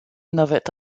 n’avait